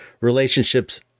relationships